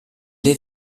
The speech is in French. les